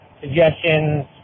suggestions